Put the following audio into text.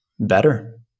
Better